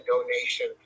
donation